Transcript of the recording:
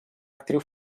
actriu